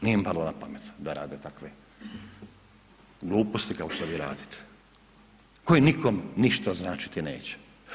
Nije im palo na pamet da rade takve gluposti kao što vi radite koji nikome ništa značiti neće.